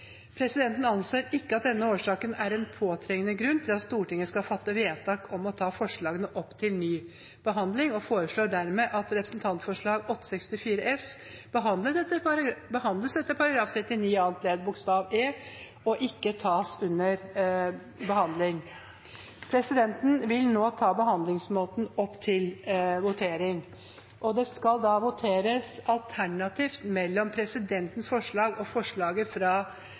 Presidenten anser ikke at denne årsaken er en påtrengende grunn til at Stortinget skal fatte vedtak om å ta forslagene opp til ny behandling, og foreslår dermed at Dokument 8:64 S behandles etter forretningsordenens § 39 annet ledd bokstav e og ikke tas under behandling. Presidenten vil nå ta behandlingsmåten opp til votering. Det voteres alternativt mellom presidentens forslag og forslaget